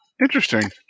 Interesting